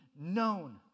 known